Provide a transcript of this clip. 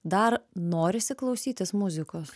dar norisi klausytis muzikos